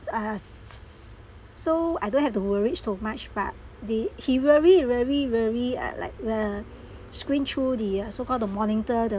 us so I don't have to worried so much but the he very very very uh like the screen through the uh so call the monitor the